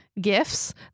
gifts